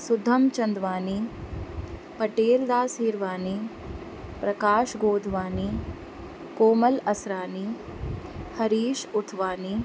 Sudham Chandwani Pateldas Hirwani Prakash Godwani Komal Asrani Harish Uthwani